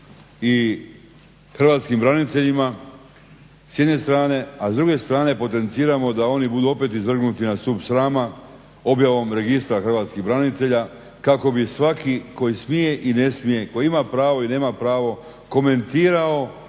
i hrvatskim braniteljima s jedne strane, a s druge strane potenciramo da oni budu opet izvrgnuti na stup srama objavom registra hrvatskih branitelja kako bi svaki koji smije i ne smije koji ima pravo i nema pravo komentirao